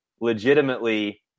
legitimately